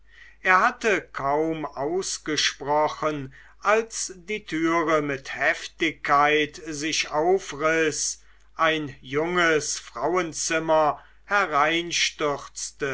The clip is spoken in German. er hatte kaum ausgesprochen als die türe mit heftigkeit sich aufriß ein junges frauenzimmer hereinstürzte